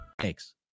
Thanks